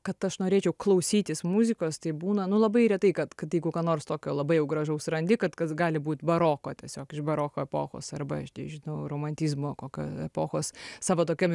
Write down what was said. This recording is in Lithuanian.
kad aš norėčiau klausytis muzikos tai būna nu labai retai kad jeigu ką nors tokio labai gražaus randi kad kas gali būt baroko tiesiog iš baroko epochos arba aš nežinau romantizmo kokio epochos savo tokiam jau